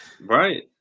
Right